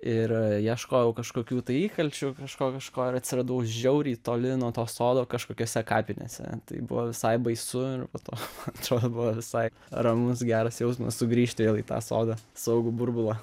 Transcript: ir ieškojau kažkokių tai įkalčių kažko kažko ir atsiradau žiauriai toli nuo to sodo kažkokiose kapinėse tai buvo visai baisu ir po to man atrodo buvo visai ramus geras jausmas sugrįžt vėl į tą sodą saugų burbulą